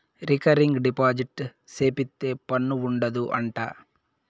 recurring deposit సేపిత్తే పన్ను ఉండదు అంట